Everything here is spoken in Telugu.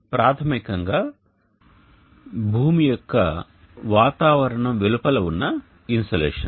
ఇది ప్రాథమికంగా భూమి యొక్క వాతావరణం వెలుపల ఉన్న ఇన్సోలేషన్